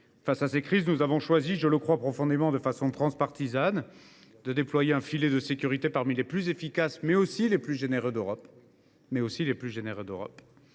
Face à ces crises, nous avons choisi, de manière résolument transpartisane, de déployer un filet de sécurité parmi les plus efficaces et les plus généreux d’Europe.